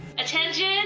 Attention